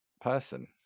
person